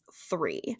three